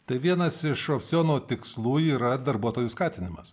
tai vienas iš opciono tikslų yra darbuotojų skatinimas